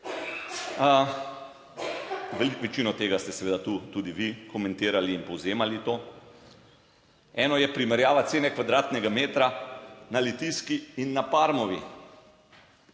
Veliko večino tega ste seveda tu tudi vi komentirali in povzemali to. Eno je primerjava cene kvadratnega metra na Litijski in na Parmovi.